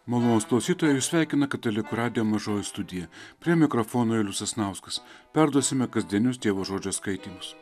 malonūs klausytojai jus sveikina katalikų radijo mažoji studija prie mikrofono julius sasnauskas perduosime kasdienius dievo žodžio skaitymus